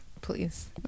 Please